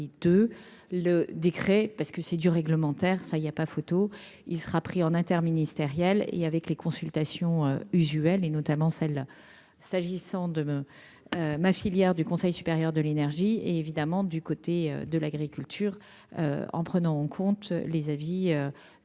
il te le décret parce que c'est du réglementaire, ça, il y a pas photo, il sera pris en interministériel et avec les consultations usuel et notamment celle, s'agissant de ma filière du Conseil supérieur de l'énergie et évidemment du côté de l'agriculture, en prenant en compte les avis des des